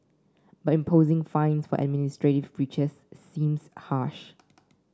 but imposing fines for administrative breaches seems harsh